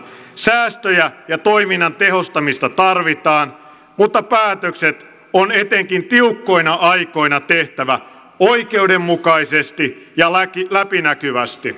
säästöjä ja toiminnan tehostamista tarvitaan mutta päätökset on etenkin tiukkoina aikoina tehtävä oikeudenmukaisesti ja läpinäkyvästi